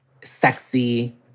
sexy